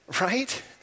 right